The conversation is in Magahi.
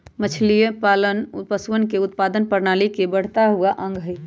मछलीपालन पशुधन उत्पादन प्रणाली के बढ़ता हुआ अंग हई